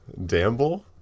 Damble